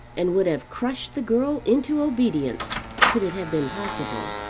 and would have crushed the girl into obedience could it have been possible.